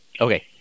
Okay